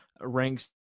ranks